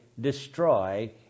destroy